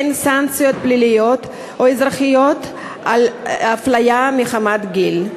אין סנקציות פליליות או אזרחיות על אפליה מחמת גיל.